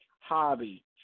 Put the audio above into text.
hobby